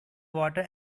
water